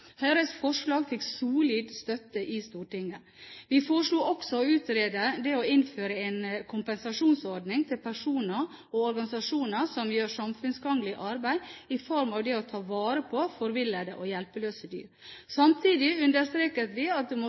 Høyres forslag fikk solid støtte i Stortinget. Vi foreslo også å utrede det å innføre en kompensasjonsordning til personer og organisasjoner som gjør samfunnsgagnlig arbeid i form av det å ta vare på forvillede og hjelpeløse dyr. Samtidig understreket vi at det måtte